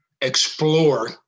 explore